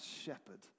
shepherd